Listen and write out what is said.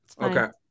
okay